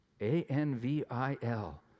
A-N-V-I-L